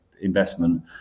investment